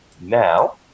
Now